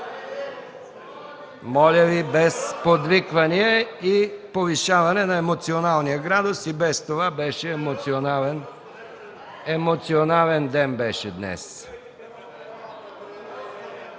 Моля Ви без подвиквания и повишаване на емоционалния градус. И без това днес беше емоционален ден.